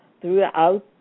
throughout